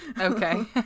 Okay